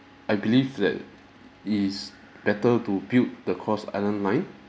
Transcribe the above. I believe that it is better to build the cross island line